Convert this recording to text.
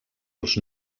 els